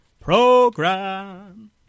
program